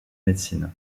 médecine